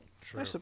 True